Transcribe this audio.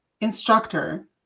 instructor